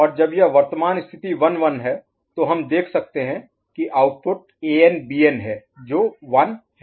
और जब यह वर्तमान स्थिति 1 1 है तो हम देख सकते हैं कि आउटपुट An Bn है जो 1 है